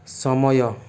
ସମୟ